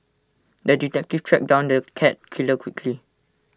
the detective tracked down the cat killer quickly